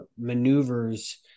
maneuvers